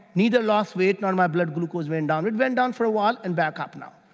neither lost weight nor my blood glucose went down. it went down for a while and back up and